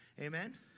Amen